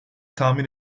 tahmin